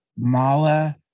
Mala